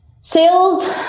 Sales